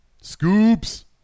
Scoops